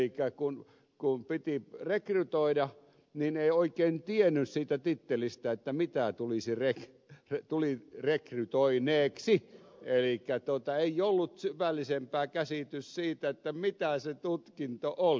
elikkä kun piti rekrytoida niin ei oikein tiennyt siitä tittelistä mitä tuli rekrytoineeksi ei ollut syvällisempää käsitystä siitä mitä se tutkinto oli